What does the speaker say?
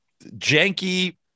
janky